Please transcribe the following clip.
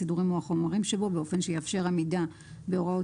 הסידורים או החומרים שבו באופן שיאפשר עמידה בהוראות